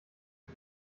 die